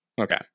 okay